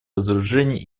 разоружения